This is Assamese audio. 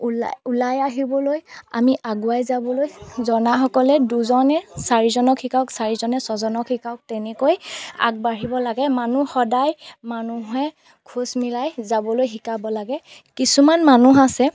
ওলাই ওলাই আহিবলৈ আমি আগুৱাই যাবলৈ জনাসকলে দুজনে চাৰিজনক শিকাওক চাৰিজনে ছজনক শিকাওক তেনেকৈ আগবাঢ়িব লাগে মানুহ সদায় মানুহে খোজ মিলাই যাবলৈ শিকাব লাগে কিছুমান মানুহ আছে